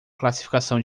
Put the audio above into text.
classificação